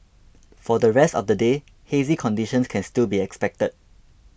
for the rest of the day hazy conditions can still be expected